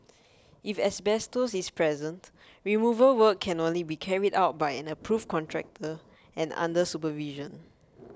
if asbestos is present removal work can only be carried out by an approved contractor and under supervision